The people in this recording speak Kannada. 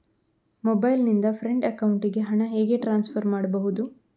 ಮೊಬೈಲ್ ನಿಂದ ಫ್ರೆಂಡ್ ಅಕೌಂಟಿಗೆ ಹಣ ಹೇಗೆ ಟ್ರಾನ್ಸ್ಫರ್ ಮಾಡುವುದು?